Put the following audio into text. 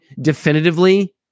definitively